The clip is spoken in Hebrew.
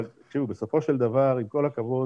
תראו, בסופו של דבר עם כל הכבוד